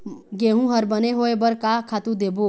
गेहूं हर बने होय बर का खातू देबो?